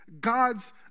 God's